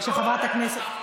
בוועדת החינוך.